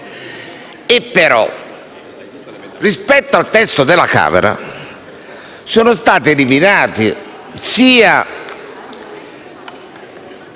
Però, rispetto al testo della Camera, sono stati eliminati sia